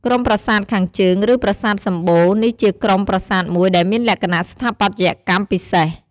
ក្រុមប្រាសាទខាងជើង ឬ ប្រាសាទសំបូរ នេះជាក្រុមប្រាសាទមួយដែលមានលក្ខណៈស្ថាបត្យកម្មពិសេស។